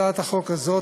הצעת החוק הזאת,